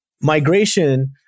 migration